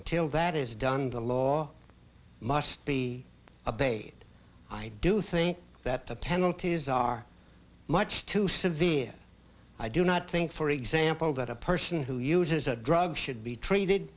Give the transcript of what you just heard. until that is done the law must be abated i do think that the penalties are much too severe i do not think for example that a person who uses a drug should be treated